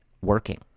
working